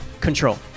Control